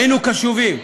היינו קשובים.